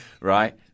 right